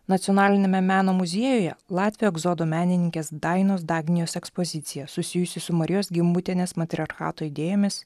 nacionaliniame meno muziejuje latvių egzodo menininkės dainos dagnijos ekspozicija susijusi su marijos gimbutienės matriarchato idėjomis